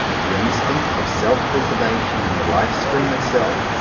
the instinct of self preservation in the life-stream itself,